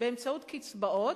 באמצעות קצבאות,